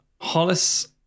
Hollis